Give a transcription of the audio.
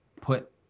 put